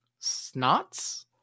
Snots